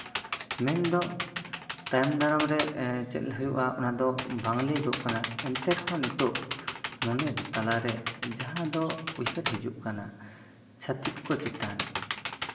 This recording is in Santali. ᱢᱮᱱᱫᱚ ᱛᱟᱭᱚᱢ ᱫᱟᱨᱟᱢᱨᱮ ᱪᱮᱫ ᱦᱩᱭᱩᱜᱼᱟ ᱚᱱᱟ ᱫᱚ ᱵᱟᱝ ᱞᱟᱹᱭᱟᱜᱚᱜ ᱠᱟᱱᱟ ᱮᱱᱛᱮ ᱨᱮᱦᱚᱸ ᱱᱤᱛᱚᱜ ᱢᱚᱱᱮ ᱛᱟᱞᱟᱨᱮ ᱡᱟᱦᱟᱸ ᱫᱚ ᱩᱭᱦᱟᱹᱨ ᱦᱤᱡᱩᱜ ᱠᱟᱱᱟ ᱪᱷᱟᱹᱛᱤᱠ ᱠᱚ ᱪᱮᱛᱟᱱ